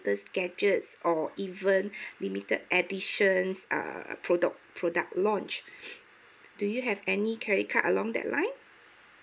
gadgets or even limited edition uh produ~ product launch do you have any credit card along that line